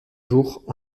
jours